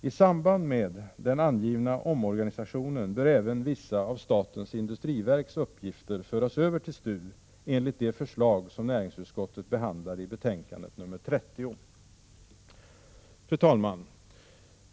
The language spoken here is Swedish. I samband med den angivna omorganisationen bör även vissa av statens industriverks uppgifter föras över till STU enligt de förslag som näringsutskottet behandlade i betänkandet 1986/87:30. Fru talman!